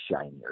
shinier